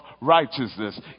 righteousness